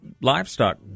livestock